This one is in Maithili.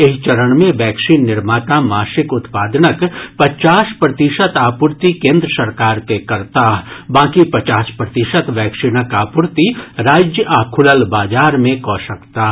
एहि चरण मे वैक्सीन निर्माता मासिक उत्पादनक पचास प्रतिशत आपूर्ति केन्द्र सरकार के करताह बाकी पचास प्रतिशत वैक्सीनक आपूर्ति राज्य आ खुलल बाजार मे कऽ सकताह